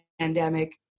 pandemic